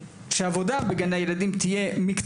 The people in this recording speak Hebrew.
כי משרד האוצר מתכוון להגיע למצב בו עבודה בגני ילדים תהיה מקצוע,